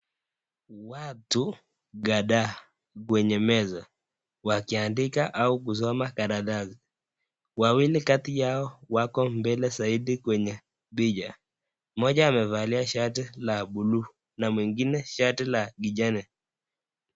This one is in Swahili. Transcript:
Watu kadhaa kwenye meza wakiandika au kusoma karatasi. Wawili kati yao wako mbele zaidi kwenye picha. Moja amevalia shati la buluu na mwengine shati la kijani.